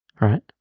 right